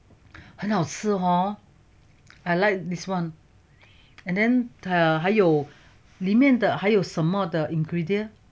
很好吃 hor I like this one and then err 还有里面的还有什么的 ingredient